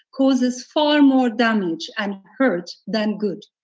causes far more damage and hurt than good.